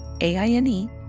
A-I-N-E